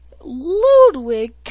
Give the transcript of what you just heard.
Ludwig